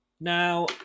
Now